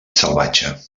salvatge